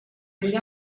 degli